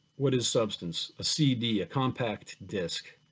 what is substance? a cd, a compact disk,